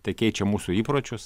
tai keičia mūsų įpročius